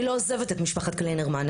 אני לא עוזבת את משפחת קליינרמן,